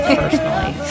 personally